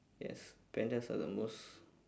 yes pandas are the most